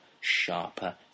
sharper